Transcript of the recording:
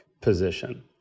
position